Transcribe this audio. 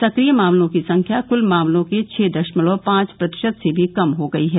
सक्रिय मामलों की संख्या कुल मामलों के छः दशमलव पांच प्रतिशत से भी कम हो गई है